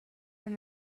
and